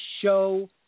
show